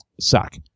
suck